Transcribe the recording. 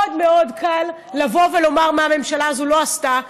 מאוד מאוד קל לבוא ולומר מה הממשלה הזאת לא עשתה,